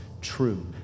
true